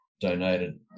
donated